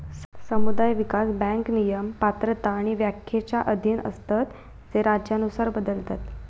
समुदाय विकास बँक नियम, पात्रता आणि व्याख्येच्या अधीन असतत जे राज्यानुसार बदलतत